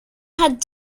had